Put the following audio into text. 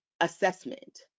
assessment